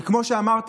כי כמו שאמרת,